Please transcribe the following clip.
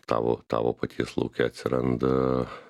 tavo tavo paties lauke atsiranda